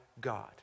God